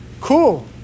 Cool